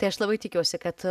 tai aš labai tikiuosi kad